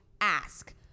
ask